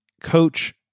coach